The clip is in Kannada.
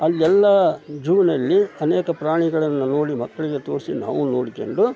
ಅಲ್ಲೆಲ್ಲ ಜೂ಼ನಲ್ಲಿ ಅನೇಕ ಪ್ರಾಣಿಗಳನ್ನು ನೋಡಿ ಮಕ್ಕಳಿಗೆ ತೋರಿಸಿ ನಾವು ನೋಡ್ಕೊಂಡು